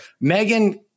Megan